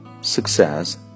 Success